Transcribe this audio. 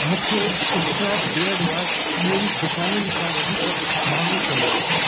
मुखे उस्तरा बियड वाश ॿियनि दुकानुनि खां वधीक महांगो थो लॻे